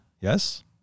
Yes